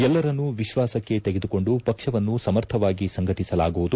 ಎಲ್ಲರನ್ನೂ ವಿಶ್ವಾಸಕ್ಕೆ ತೆಗೆದುಕೊಂಡು ಪಕ್ಷವನ್ನು ಸಮರ್ಥವಾಗಿ ಸಂಘಟಿಸಲಾಗುವುದು